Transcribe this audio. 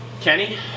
Kenny